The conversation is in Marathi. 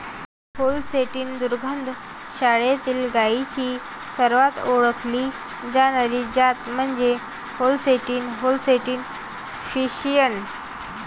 होल्स्टीन दुग्ध शाळेतील गायींची सर्वात ओळखली जाणारी जात म्हणजे होल्स्टीन होल्स्टीन फ्रिशियन